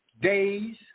Days